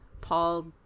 Paul